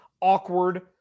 awkward